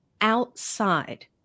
outside